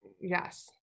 Yes